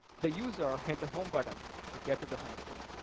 the user hit the home button to get to the home screen.